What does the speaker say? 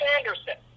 Anderson